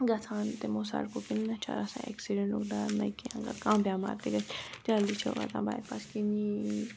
گَژھان تِمو سَڑکو کِنۍ نا چھُ آسان ایکسِڈنٹُک ڈَرنا کیٚنٛہہ اَگر کانہہ بیٚمار تہِ گَژھِ جلدی چھِ واتان بایپاس کِنۍ